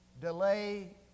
delay